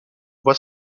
voit